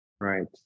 right